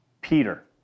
Peter